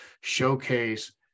showcase